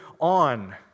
on